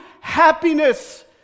happiness